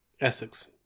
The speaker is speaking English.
Essex